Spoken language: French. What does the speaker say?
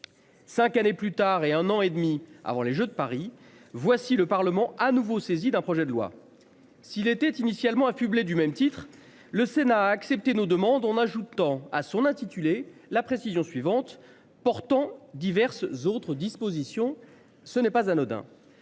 5 années plus tard et un an et demi avant les Jeux de Paris. Voici le Parlement à nouveau saisi d'un projet de loi. S'il était initialement affublé du même titre, le Sénat a accepté nos demandes on ajoutant à son intitulé la précision suivante portant diverses autres dispositions. Ce n'est pas anodin.